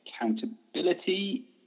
accountability